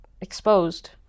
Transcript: exposed